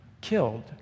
killed